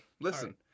Listen